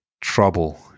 trouble